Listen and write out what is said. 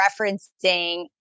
referencing